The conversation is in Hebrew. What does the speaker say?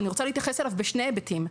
אני רוצה להתייחס אליו בשני היבטים.